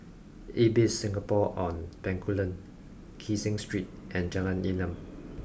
Ibis Singapore on Bencoolen Kee Seng Street and Jalan Enam